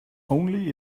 only